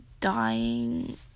dying